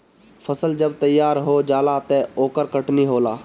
फसल जब तैयार हो जाला त ओकर कटनी होला